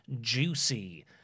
juicy